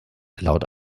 laut